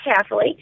carefully